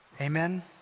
Amen